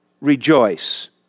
rejoice